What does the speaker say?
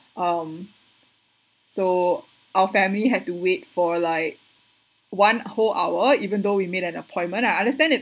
um so our family had to wait for like one whole hour even though we made an appointment I understand it's